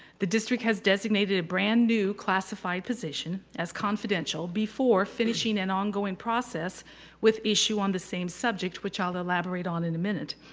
the district has designated a brand new classified position as confidential before finishing an ongoing process with issu on the same subject which i'll elaborate on in a minute.